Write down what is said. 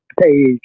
page